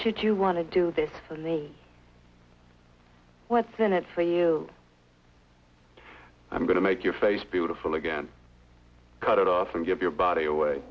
should you want to do this for me what's in it for you i'm going to make your face beautiful again cut it off and give your body away